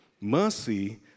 Mercy